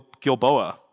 Gilboa